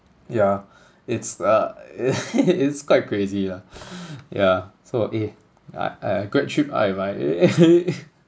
yeah it's uh it's it's quite crazy lah yeah so eh uh uh grad trip ai mai eh